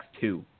two